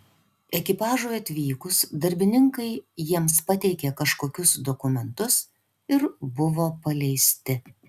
ekipažui atvykus darbininkai jiems pateikė kažkokius dokumentus ir buvo paleisti